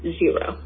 zero